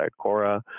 CORA